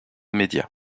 media